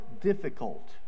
difficult